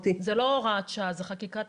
זו לא הוראת שעה, זו חקיקה